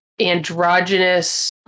androgynous